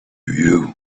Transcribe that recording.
you